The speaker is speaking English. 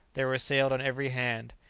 they were assailed on every hand.